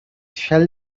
shall